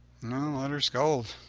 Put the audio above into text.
let her scold.